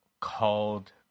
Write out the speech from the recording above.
called